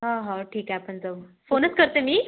हो हो ठीक आहे आपण जाऊ फोनच करते मी